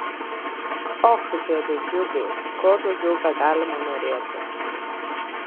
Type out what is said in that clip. och dėde džiugai ko daugiau begalima norėti